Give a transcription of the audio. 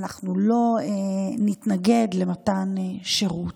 אנחנו לא נתנגד למתן שירות.